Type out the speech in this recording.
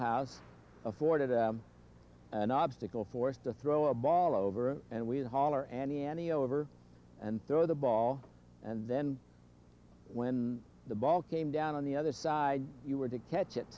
house afforded an obstacle for us to throw a ball over and we holler any any over and throw the ball and then when the ball came down on the other side you were to catch it